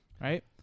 Right